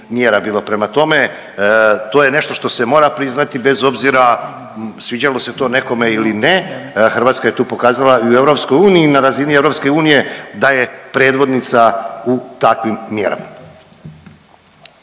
mjera bilo. Prema tome, to je nešto što se mora priznati, bez obzira sviđalo se to nekome ili ne, Hrvatska je tu pokazala i u EU na razini EU da je predvodnica u takvim mjerama.